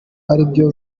aribyo